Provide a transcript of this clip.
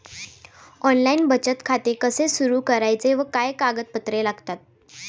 Online बचत खाते कसे सुरू करायचे व काय कागदपत्रे लागतात?